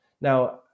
Now